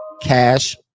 Cash